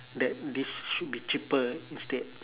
that this should be cheaper instead